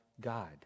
God